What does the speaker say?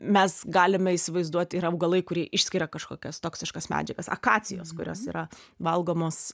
mes galime įsivaizduot yra augalai kurie išskiria kažkokias toksiškas medžiagas akacijos kurios yra valgomos